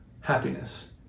happiness